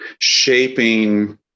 shaping